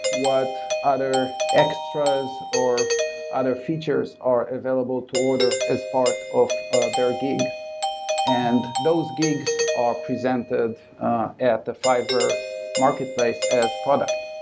what other extras or other features are available to order as part of ah their gig and those gigs are presented at the fiverr marketplace as product.